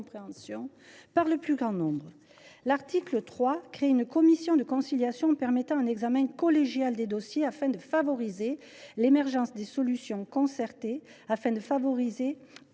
par le plus grand nombre. L’article 3 crée une commission de conciliation permettant un examen collégial des dossiers, afin de favoriser l’émergence de solutions concertées sur les dossiers